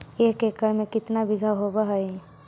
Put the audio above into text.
एक एकड़ में केतना बिघा होब हइ?